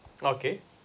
okay